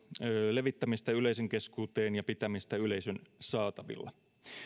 levittämistä yleisön keskuuteen ja pitämistä yleisön saatavilla